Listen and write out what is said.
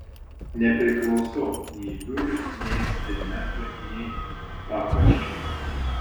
nepriklausau nei biurui nei eksperimentui nei pakraščiui